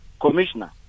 commissioner